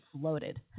floated